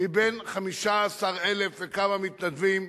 מבין 15,000 וכמה מתנדבים,